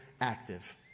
active